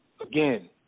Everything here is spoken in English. Again